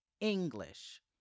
English